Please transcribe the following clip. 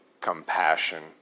compassion